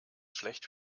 schlecht